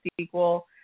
sequel